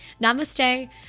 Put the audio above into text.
namaste